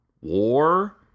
war